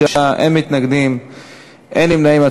26 בעד, אין מתנגדים ואין נמנעים.